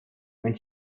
when